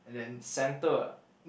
center ah